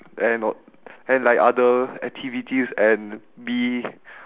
and all and like other activities and bee